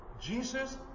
Jesus